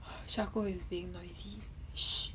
charcoal is being noisy